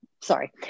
sorry